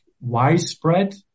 widespread